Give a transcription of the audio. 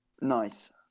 Nice